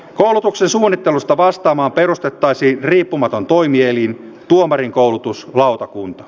koulutuksen suunnittelusta vastaamaan perustettaisiin riippumaton toimielin tuomarinkoulutuslautakunta